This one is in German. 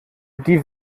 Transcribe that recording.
die